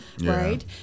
Right